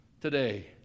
today